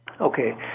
Okay